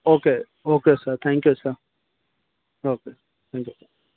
okay okay sir thank U sir okay thank U